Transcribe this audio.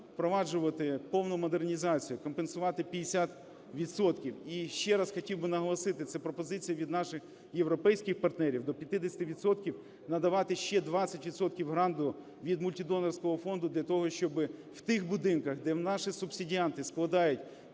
впроваджувати повну модернізацію, компенсувати 50 відсотків. І ще раз хотів би наголосити, це пропозиція від наших європейських партнерів, до 50 відсотків, надавати ще 20 відсотків гранту від мультидонорського фонду для того, щоби в тих будинках, де наші субсидіанти складають